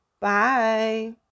Bye